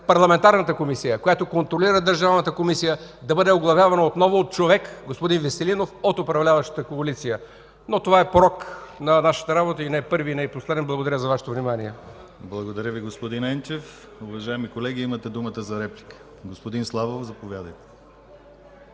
Парламентарната комисия, която контролира Държавната комисия, да бъде оглавявана отново от човек – господин Веселинов, от управляващата коалиция. Но това е порок на нашата работа и не е първи, и не е последен. Благодаря за Вашето внимание. ПРЕДСЕДАТЕЛ ДИМИТЪР ГЛАВЧЕВ: Благодаря, господин Енчев. Уважаеми колеги, имате думата за реплики. Господин Славов, заповядайте.